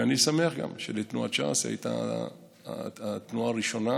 אני שמח גם שתנועת ש"ס הייתה התנועה הראשונה,